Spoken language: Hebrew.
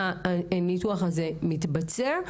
שניתוח הזה מתבצע.